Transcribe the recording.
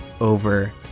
over